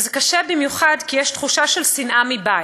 וזה קשה במיוחד כי יש תחושה של שנאה מבית.